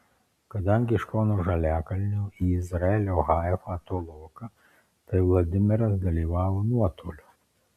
kadangi iš kauno žaliakalnio į izraelio haifą toloka tai vladimiras dalyvavo nuotoliu